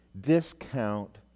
discount